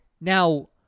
Now